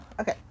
okay